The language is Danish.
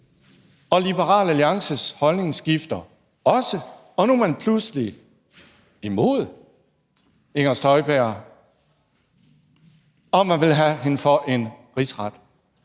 og Liberal Alliances holdning skifter også, og nu er man pludselig imod Inger Støjberg, og man vil have hende for en rigsret.